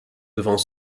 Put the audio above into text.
devant